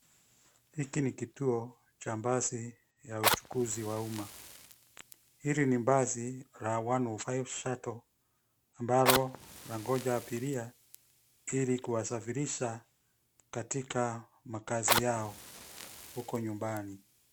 Hiki ni kituo cha basi ya uchukuzi wa umma. Hili ni basi la 105 shuttle ambalo langoja abiria ili kuwasafirisha katika makazi yao huko nyumbani.